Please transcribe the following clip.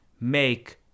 make